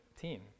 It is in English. team